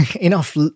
enough